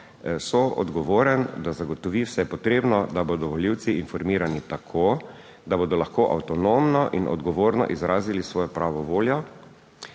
soodgovoren, da zagotovi vse potrebno, da bodo volivci informirani tako, da bodo lahko avtonomno in odgovorno izrazili svojo pravo voljo